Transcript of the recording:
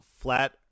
Flat